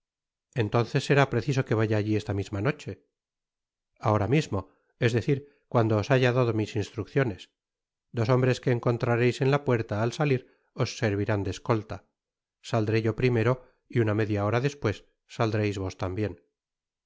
entonces será preciso que vaya alli esta misma noche ahora mismo es decir cuando os haya dado mis instrucciones dos hombres que encontrareis en la puerta al salir os servirán de escolta saldré yo primero y una media hora despues saldreis vos tambien